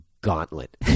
gauntlet